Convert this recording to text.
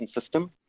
system